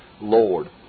Lord